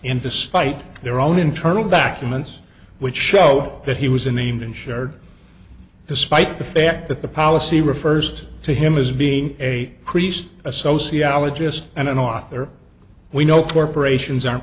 and despite their own internal documents which show that he was a named insured despite the fact that the policy refers to him as being a priest a sociologist and an author we know corporations are